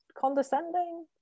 condescending